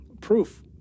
proof